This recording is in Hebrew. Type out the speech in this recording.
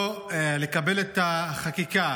לא לקבל את החקיקה,